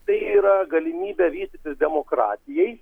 tai yra galimybė vystytis demokratijai